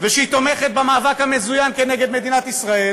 ושהיא תומכת במאבק המזוין נגד מדינת ישראל,